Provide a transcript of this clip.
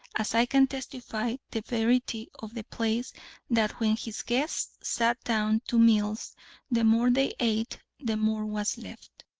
as i can testify, the verity of the place that when his guests sat down to meals the more they ate the more was left.